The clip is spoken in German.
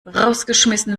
rausgeschmissen